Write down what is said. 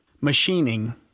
machining